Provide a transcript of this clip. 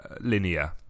linear